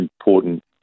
important